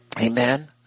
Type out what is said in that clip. Amen